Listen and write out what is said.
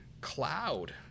cloud